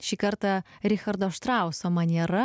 šį kartą richardo štrauso maniera